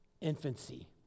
Infancy